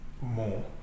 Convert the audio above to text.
more